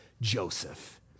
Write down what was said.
Joseph